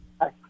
Hi